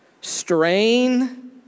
strain